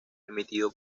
emitido